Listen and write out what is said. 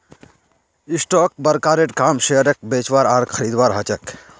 stock ब्रोकरेर काम शेयरक बेचवार आर खरीदवार ह छेक